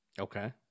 Okay